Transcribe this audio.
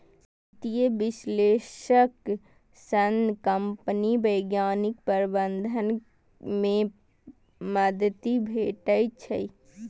वित्तीय विश्लेषक सं कंपनीक वैज्ञानिक प्रबंधन मे मदति भेटै छै